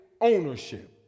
ownership